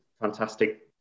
fantastic